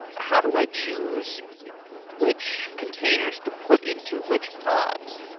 how do i choose which containers to put into which pods.